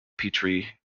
petrie